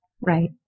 Right